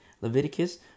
Leviticus